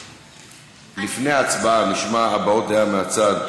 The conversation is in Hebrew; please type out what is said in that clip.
לפני ההצבעה נשמע הבעות דעה מהצד.